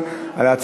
אין נמנעים.